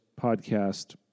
podcast